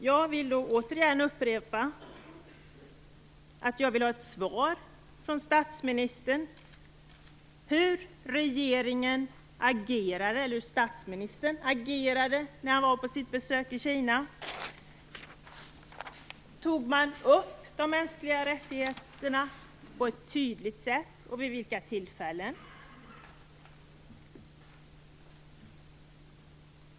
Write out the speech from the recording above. Jag vill återigen upprepa att jag vill ha ett svar från statsministern på hur regeringen, eller statsministern, agerade under besöket i Kina. Tog man upp de mänskliga rättigheterna på ett tydligt sätt och i så fall vid vilka tillfällen?